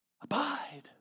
Abide